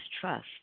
trust